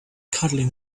cuddling